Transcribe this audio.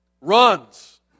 runs